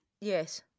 Yes